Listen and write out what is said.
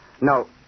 No